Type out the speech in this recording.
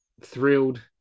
thrilled